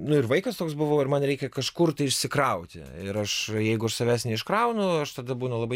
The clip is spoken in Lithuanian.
nu ir vaikas toks buvau ir man reikia kažkur tai išsikrauti ir aš jeigu aš savęs neiškraunu aš tada būnu labai